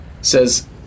says